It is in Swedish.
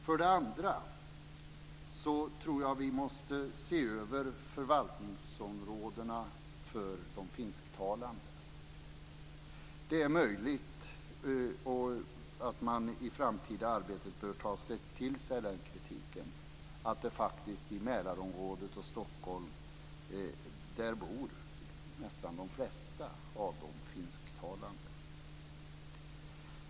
För det andra tror jag att vi måste se över förvaltningsområdena för de finsktalande. Det är möjligt att man i det framtida arbetet bör ta till sig kritiken att de flesta av de finsktalande faktiskt bor i Mälarområdet och Stockholm.